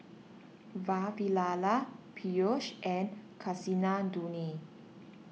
Vavilala Peyush and Kasinadhuni